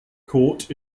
court